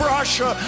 Russia